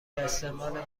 استعمال